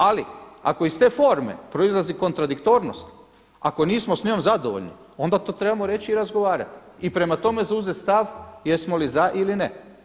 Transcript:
Ali ako iz te forme proizlazi kontradiktornost, ako nismo s njom zadovoljni onda to trebamo reći i razgovarati i prema tome zauzeti stav jesmo li za ili ne.